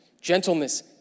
gentleness